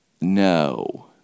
No